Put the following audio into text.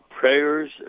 prayers